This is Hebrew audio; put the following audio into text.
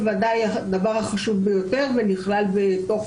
החשוב ביותר ונכלל בתוך